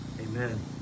Amen